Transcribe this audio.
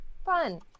Fun